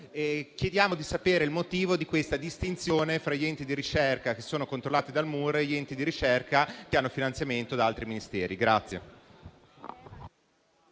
Chiediamo di sapere il motivo di questa distinzione fra gli enti di ricerca che sono controllati dal MUR e gli enti di ricerca che hanno finanziamenti da altri Ministeri.